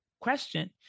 question